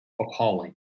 appalling